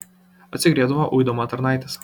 atsigriebdavo uidama tarnaites